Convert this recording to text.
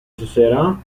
stasera